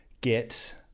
get